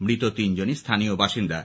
মৃত তিনজনই স্থানীয় বাসিন্দা